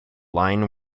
line